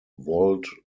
wold